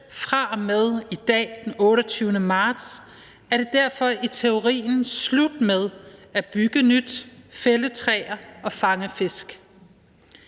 Fra og med i dag, den 28. marts, er det derfor i teorien slut med at bygge nyt, fælde træer og fange fisk